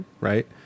right